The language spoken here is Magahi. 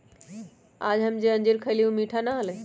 आज हम जो अंजीर खईली ऊ मीठा ना हलय